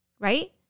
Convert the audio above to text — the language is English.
right